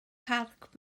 parc